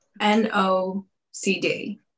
N-O-C-D